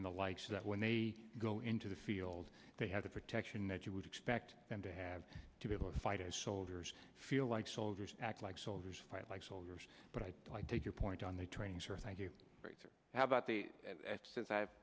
and the lights that when they go into the field they have the protection that you would expect them to have to be able to fight as soldiers feel like soldiers act like soldiers fight like soldiers but i take your point on the training sir thank you how about the since i